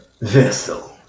vessel